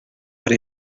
ari